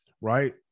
right